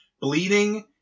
bleeding